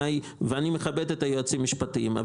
אני מכבד את היועצים המשפטיים,